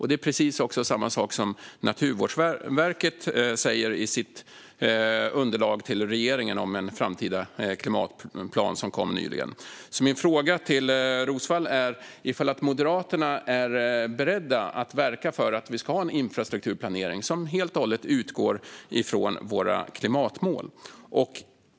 Det är precis samma sak som Naturvårdsverket sa i det underlag till regeringen om en framtida klimatplan som kom nyligen. Min fråga till Roswall blir därför om Moderaterna är beredda att verka för att vi ska ha en infrastrukturplanering som helt och hållet utgår från våra klimatmål.